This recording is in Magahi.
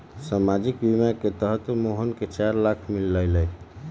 सामाजिक बीमा के तहत मोहन के चार लाख मिललई